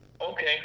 Okay